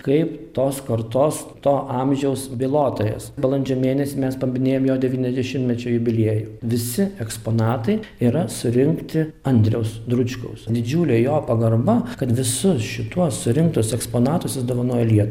kaip tos kartos to amžiaus bylotojas balandžio mėnesį mes paminėjom jo devyniasdešimtmečio jubiliejų visi eksponatai yra surinkti andriaus dručkaus didžiulė jo pagarba kad visus šituos surinktus eksponatus jis dovanojo lie